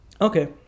Okay